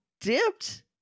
dipped